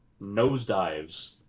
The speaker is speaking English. nosedives